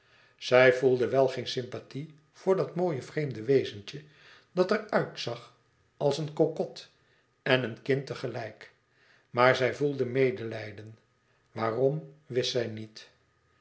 zij voelde wel geen sympathie voor dat mooie vreemde wezentje dat er uitzag als een cocotte en een kind tegelijk maar zij voelde medelijden waarom wist zij niet